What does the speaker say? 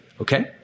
okay